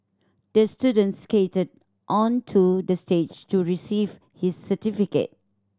the student skated onto the stage to receive his certificate